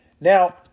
Now